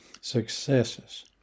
successes